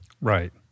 Right